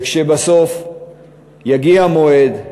וכשבסוף יגיע המועד,